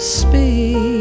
speak